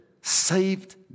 saved